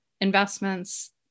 investments